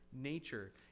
nature